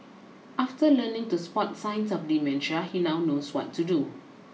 after learning to spot signs of dementia he now knows what to do